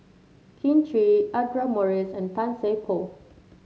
Kin Chui Audra Morrice and Tan Seng Poh